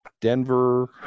Denver